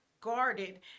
guarded